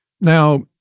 Now